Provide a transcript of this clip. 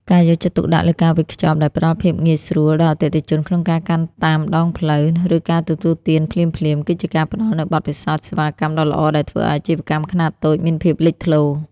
ការយកចិត្តទុកដាក់លើការវេចខ្ចប់ដែលផ្ដល់ភាពងាយស្រួលដល់អតិថិជនក្នុងការកាន់តាមដងផ្លូវ ឬការទទួលទានភ្លាមៗ គឺជាការផ្ដល់នូវបទពិសោធន៍សេវាកម្មដ៏ល្អដែលធ្វើឱ្យអាជីវកម្មខ្នាតតូចមានភាពលេចធ្លោ។